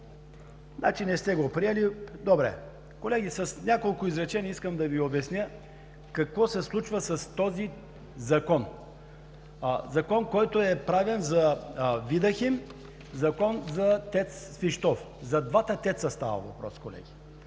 Значи не сте го приели, добре. Колеги, с няколко изречения искам да Ви обясня какво се случва с този Закон – Закон, който е правен за „Видахим“, Закон за ТЕЦ „Свищов“. За двата ТЕЦ-а става въпрос, колеги.